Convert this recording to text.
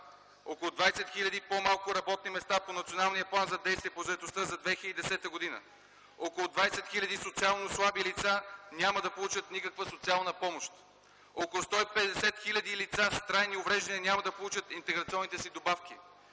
Около 20 000 по-малко работни места по Националния план за действие по заетостта за 2010 г., около 20 000 социално слаби лица няма да получат никаква социална помощ, около 150 000 лица с трайни увреждания няма да получат интеграционните си добавки.